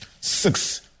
six